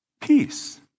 Peace